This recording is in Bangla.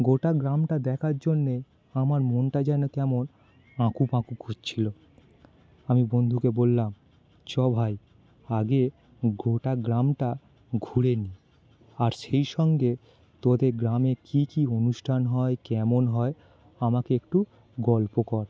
গোটা গ্রামটা দেখার জন্যে আমার মনটা যেন কেমন আঁকু পাঁকু করছিল আমি বন্ধুকে বললাম চল ভাই আগে গোটা গ্রামটা ঘুরে নিই আর সেই সঙ্গে তোদের গ্রামে কী কী অনুষ্ঠান হয় কেমন হয় আমাকে একটু গল্প কর